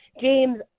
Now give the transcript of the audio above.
James